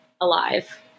alive